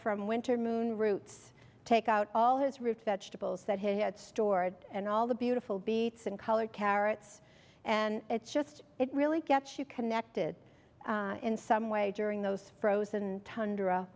from winter moon roots take out all his root vegetables that he had stored and all the beautiful beets and color carrots and it's just it really gets you connected in some way during those frozen tundra